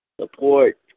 Support